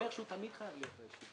זה אומר שתמיד הוא חייב להיות בישיבות.